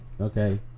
okay